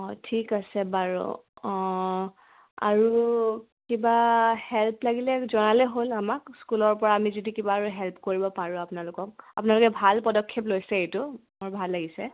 অঁ ঠিক আছে বাৰুঁ আৰু কিবা হেল্প লাগিলে জনালে হ'ল আমাক স্কুলৰপৰা আমি যদি কিবা আৰু হেল্প কৰিব পাৰোঁ আপোনালোকক আপোনালোকে ভাল পদক্ষেপ লৈছে এইটো মোৰ ভাল লাগিছে